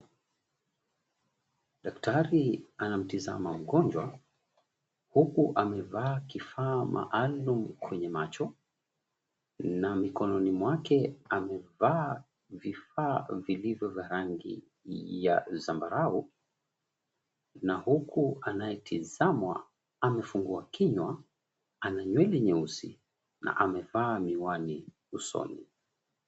Daktari anamtazama mgonjwa, huku amevaa kifaa maalum kwenye macho, na mikononi mwake amevaa vifaa vilivyo vya rangi ya zambarau. Na huku anayetazamwa amefungua kinywa, ana nywele nyeusi, na amevaa miwani usoni.